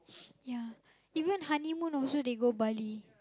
yeah if you want honeymoon also they go Bali